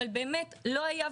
אבל באמת לא היה,